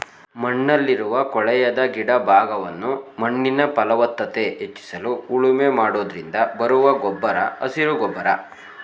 ಮಣ್ಣಲ್ಲಿರುವ ಕೊಳೆಯದ ಗಿಡ ಭಾಗವನ್ನು ಮಣ್ಣಿನ ಫಲವತ್ತತೆ ಹೆಚ್ಚಿಸಲು ಉಳುಮೆ ಮಾಡೋದ್ರಿಂದ ಬರುವ ಗೊಬ್ಬರ ಹಸಿರು ಗೊಬ್ಬರ